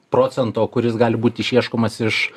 procento kuris gali būt išieškomas iš